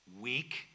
weak